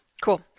cool